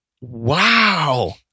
wow